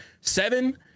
seven